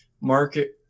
market